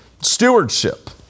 Stewardship